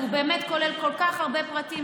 שהוא באמת כולל כל כך הרבה פרטים,